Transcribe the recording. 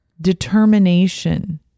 determination